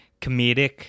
comedic